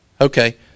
Okay